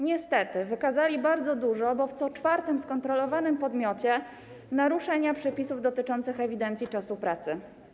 Niestety, wykazali bardzo dużo, bo w co czwartym skontrolowanym podmiocie, naruszeń przepisów dotyczących ewidencji czasu pracy.